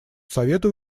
совету